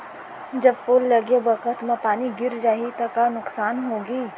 जब फूल लगे बखत म पानी गिर जाही त का नुकसान होगी?